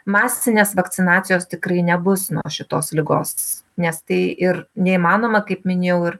masinės vakcinacijos tikrai nebus nuo šitos ligos nes tai ir neįmanoma kaip minėjau ir